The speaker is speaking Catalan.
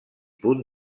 punt